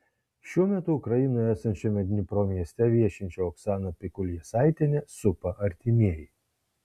šiuo metu ukrainoje esančiame dnipro mieste viešinčią oksaną pikul jasaitienę supa artimieji